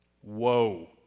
Whoa